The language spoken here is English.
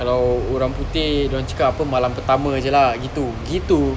kalau orang putih dorang cakap apa malam pertama jer lah gitu gitu